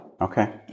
Okay